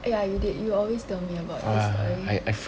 eh ya you did you always tell me about this story